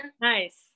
Nice